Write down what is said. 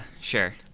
sure